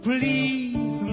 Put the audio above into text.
Please